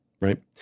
right